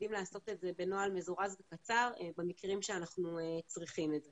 יודעים לעשות את זה בנוהל מזורז וקצר במקרים שאנחנו צריכים את זה.